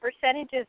percentages